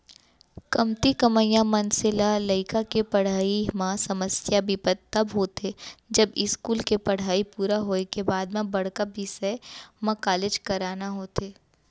कमती कमइया मनसे ल लइका के पड़हई म समस्या बिपत तब होथे जब इस्कूल के पड़हई पूरा होए के बाद म बड़का बिसय म कॉलेज कराना होथे